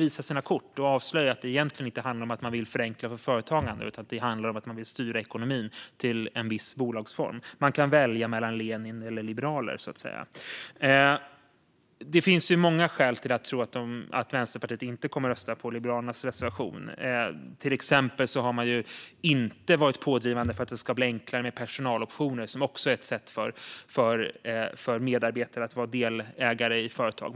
visa sina kort och avslöja att det egentligen inte handlar om att förenkla för företagande utan om att styra ekonomin till en viss bolagsform? Man kan välja mellan Lenin och liberaler, så att säga. Det finns många skäl att tro att Vänsterpartiet inte kommer att rösta på Liberalernas reservation. Till exempel har man inte varit pådrivande för att det ska bli enklare med personaloptioner, som också är ett sätt för medarbetare att vara delägare i företag.